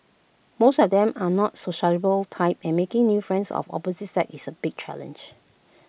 most of them are not sociable type and making new friends of the opposite sex is A big challenge